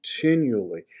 continually